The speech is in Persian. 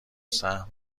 سهام